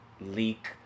leak